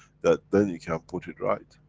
that, then you can put it right.